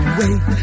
wait